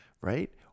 right